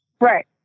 Right